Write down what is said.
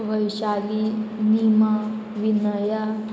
Vaishali Nima Vinaya